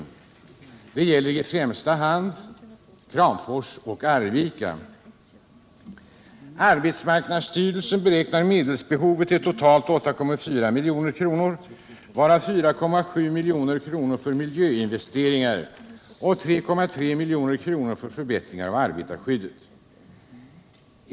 Och det gäller i första hand Kramfors och Arvika. Arbetsmarknadsstyrelsen beräknar medelsbehovet till totalt 8,4 milj.kr., varav 4,7 milj.kr. för miljöinvesteringar och 3,3 milj.kr. för förbättringar av arbetarskyddet.